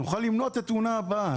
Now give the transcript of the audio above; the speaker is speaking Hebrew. נוכל למנוע את התאונה הבאה.